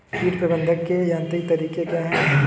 कीट प्रबंधक के यांत्रिक तरीके क्या हैं?